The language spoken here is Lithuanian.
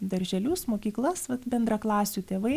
darželius mokyklas vat bendraklasių tėvai